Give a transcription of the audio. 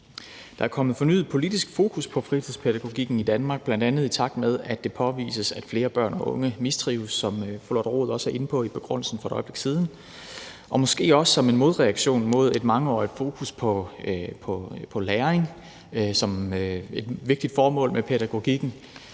Der er kommet fornyet politisk fokus på fritidspædagogikken i Danmark, bl.a. i takt med at det påvises, at flere børn og unge mistrives, som fru Lotte Rod også var inde på i begrundelsen for et øjeblik siden, og måske også som en modreaktion på et mangeårigt fokus på læring som et vigtigt formål med pædagogikken